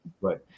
right